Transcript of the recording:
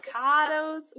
avocados